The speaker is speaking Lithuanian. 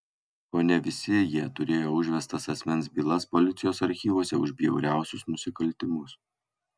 kone visi jie turėjo užvestas asmens bylas policijos archyvuose už bjauriausius nusikaltimus